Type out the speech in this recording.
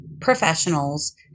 professionals